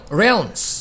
realms